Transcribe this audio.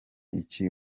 iki